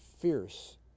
fierce